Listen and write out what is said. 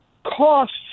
costs